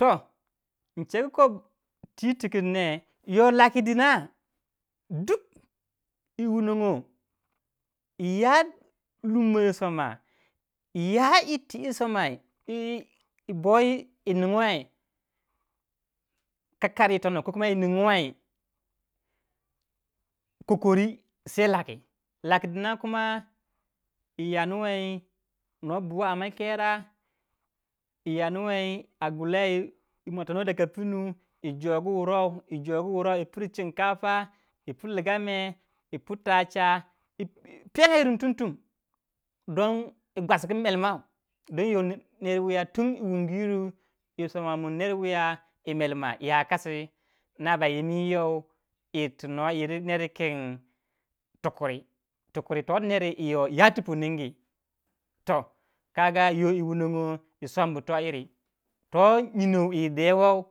yoh inchegu ko yi tikin neh yoh laki dina duk yi wunon go ya lummmo wi soma, ya yir ti yi somai yiboi ningoi or kakari itonoh ko iningwai koki sai laki dina kuma i yanu wai po bu wei cinkafa yi yandu wai yi muwatano daga pnu yi jogu wu rau yi piri gomasiya yi pi Ligame yipi tacha yipiyonga irin tum tum. don yi gwasgu melmau don yoh ner wiya tun wungi yiru yiso ma min ner wuya yi melma iya kasi nah ba yimin yoh iri ti ner kin tukuri. toh ner wu yo ya tu pu ningi toh yi wunongo yisombu toh yiri toh nyinow wu yidewow.